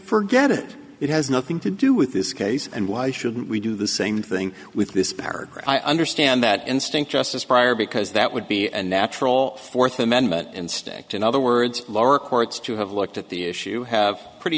forget it it has nothing to do with this case and why shouldn't we do the same thing with this paragraph i understand that instinct justice prior because that would be and natural fourth amendment and stacked in other words lower courts to have looked at the issue have pretty